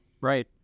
Right